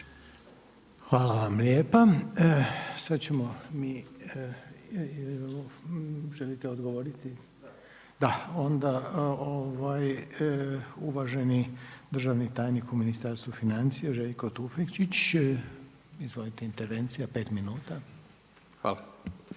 Hvala vam lijepa. Sad ćemo mi…želite odgovoriti? …/Upadica: Da./… Onda uvaženi državni tajnik u Ministarstvu financija Željko Tufekčić. Izvolite, intervencija 5 minuta.